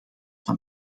van